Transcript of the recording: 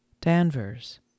Danvers